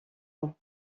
ans